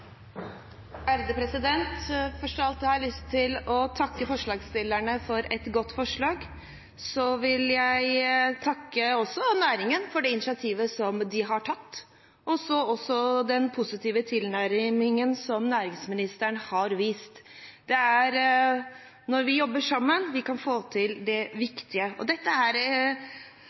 Først av alt har jeg lyst til å takke forslagsstillerne for et godt forslag. Jeg vil også takke næringen for det initiativet som de har tatt, og også for den positive tilnærmingen som næringsministeren har vist. Det er når vi jobber sammen at vi kan få til det viktige. Det skal skje mye viktig innenfor industri. Industri 4.0 er